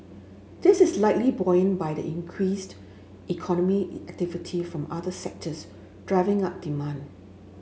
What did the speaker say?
this is likely buoyed by the increased economic from other sectors driving up demand